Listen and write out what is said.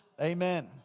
Amen